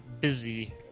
busy